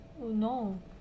no